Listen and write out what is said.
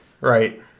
Right